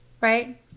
right